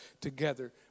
together